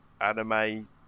anime